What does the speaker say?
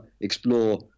explore